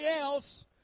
else